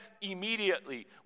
immediately